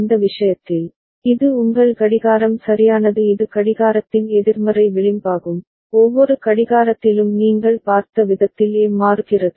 இந்த விஷயத்தில் இது உங்கள் கடிகாரம் சரியானது இது கடிகாரத்தின் எதிர்மறை விளிம்பாகும் ஒவ்வொரு கடிகாரத்திலும் நீங்கள் பார்த்த விதத்தில் A மாறுகிறது